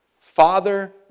father